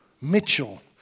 Mitchell